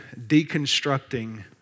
Deconstructing